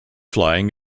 flying